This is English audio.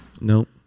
Nope